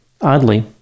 Oddly